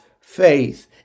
faith